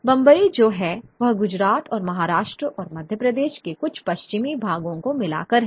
बंबई जो है वह गुजरात और महाराष्ट्र और मध्य प्रदेश के कुछ पश्चिमी भागों को मिलाकर है